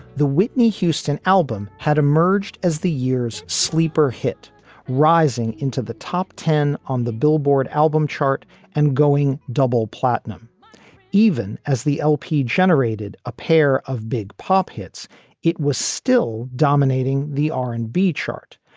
the whitney houston album had emerged as the year's sleeper hit rising into the top ten on the billboard album chart and going double platinum even as the lp generated a pair of big pop hits it was still dominating the r and b chart.